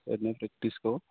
ओरैनो प्रेक्टिसखौ